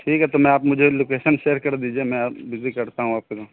ٹھیک ہے تو میں آپ مجھے لوکیشن شیئر کر دیجیے میں اب وزٹ کرتا ہوں آپ کے یہاں